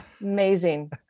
Amazing